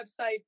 website